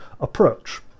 approach